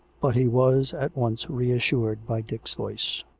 but he was at once reassured by dick's voice.